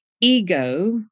ego